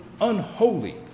unholy